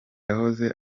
yahoze